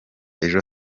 ejo